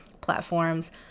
platforms